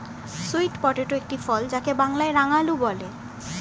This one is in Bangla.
সুইট পটেটো একটি ফল যাকে বাংলায় রাঙালু বলে